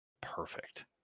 perfect